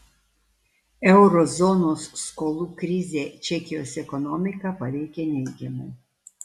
euro zonos skolų krizė čekijos ekonomiką paveikė neigiamai